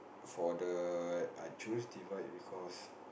for the I choose divide because